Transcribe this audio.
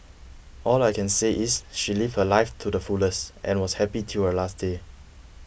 all I can say is she lived her life too the fullest and was happy till her last day